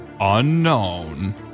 Unknown